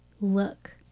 look